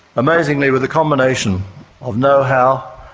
amazingly with the combination of know-how,